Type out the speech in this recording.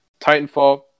Titanfall